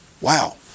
Wow